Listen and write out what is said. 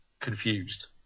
confused